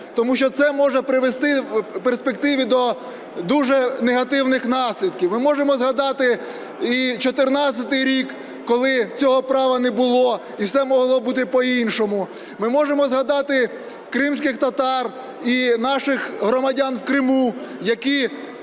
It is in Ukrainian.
тому що це може привести в перспективі до дуже негативних наслідків. Ми можемо згадати і 14-й рік, коли цього права не було і все могло бути по-іншому. Ми можемо згадати кримських татар і наших громадян в Криму, які